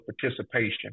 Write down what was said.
participation